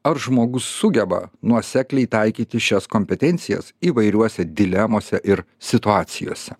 ar žmogus sugeba nuosekliai taikyti šias kompetencijas įvairiose dilemose ir situacijose